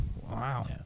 wow